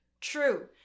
true